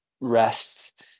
rest